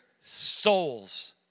souls